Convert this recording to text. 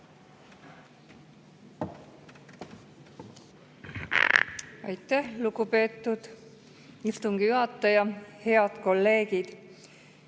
Aitäh, lugupeetud istungi juhataja! Head kolleegid!